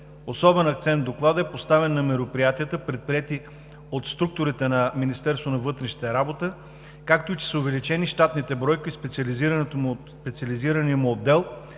Особен акцент в Доклада е поставен на мероприятията, предприети от структурите на МВР, както и че са увеличени щатните бройки в специализирания му отдел,